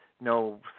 no